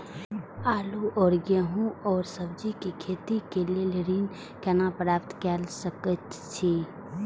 आलू और गेहूं और सब्जी के खेती के लेल ऋण कोना प्राप्त कय सकेत छी?